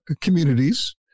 communities